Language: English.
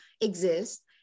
exist